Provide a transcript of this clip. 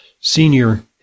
Senior